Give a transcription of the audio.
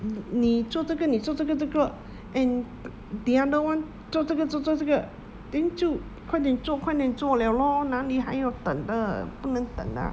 你做这个你做这个这个 and the other one 做这个做这个 then 就快点做快点做了 lor 哪里还有等的不能等 lah